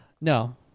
No